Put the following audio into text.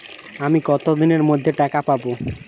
আমি কতদিনের মধ্যে টাকা পাবো?